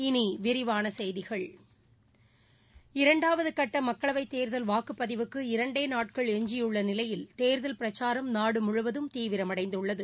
இனி விரிவான செய்திகள் இரண்டாவது கட்ட மக்களவைத் தேர்தல் வாக்குப்பதிவுக்கு இரண்டே நாட்கள் எஞ்சியுள்ள நிலையில் தேர்தல் பிரச்சாரம் நாடு முழுவதும் தீவிரமடைந்துள்ளது